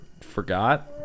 forgot